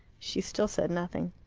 she still said nothing.